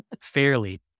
fairly